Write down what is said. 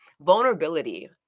vulnerability